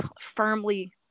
firmly